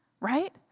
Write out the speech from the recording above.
Right